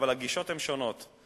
אבל הגישות הן שונות.